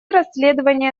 расследование